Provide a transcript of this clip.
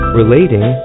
relating